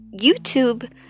youtube